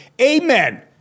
amen